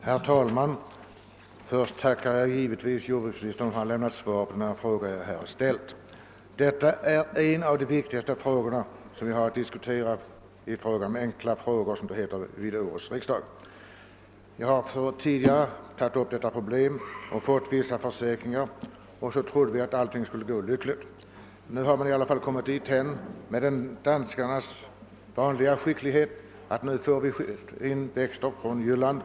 ' Herr talman! Först tackar jag givetvis jordbruksministern för att han lämnat svar på den fråga jag har ställt. Detta är ett av de viktigaste problem som vi har att diskutera i samband med enkla frågor vid årets riksdag. Jag har tidigare tagit upp det och fått vissa försäkringar, och jag trodde väl att allting skulle gå lyckligt. Nu har vi i alla fall bringats dithän — med danskarnas vanliga skicklighet — att vi får in växter från Jylland.